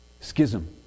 Schism